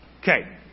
Okay